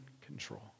control